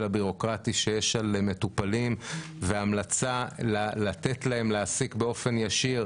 הבירוקרטי שיש על מטופלים והמלצה לתת להם להעסיק באופן ישיר,